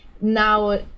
now